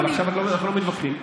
אבל עכשיו אנחנו לא מתווכחים.